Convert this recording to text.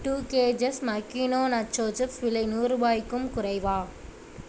two கேஜஸ் மக்கீனோ nacho chips விலை நூறுபாய்க்கும் குறைவா